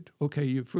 okay